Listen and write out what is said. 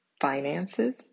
finances